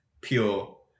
pure